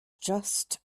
just